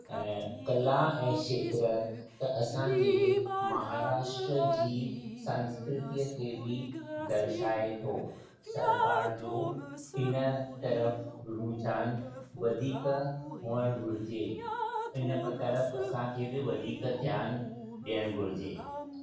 कला ऐं खेत्र त असांजे महाराष्ट्र जी सांस्कृतीअ खे बि दर्शाए थो सरकारि जो हिन तरफ़ रुजान वधीक हुअणु घुरिजे हिन तरफ़ असांखे बि वधीक ध्यानु ॾियणु घुरिजे